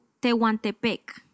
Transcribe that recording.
Tehuantepec